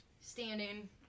standing